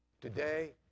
Today